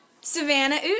Savannah